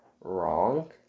wrong